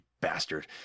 bastard